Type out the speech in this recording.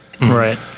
right